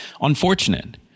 unfortunate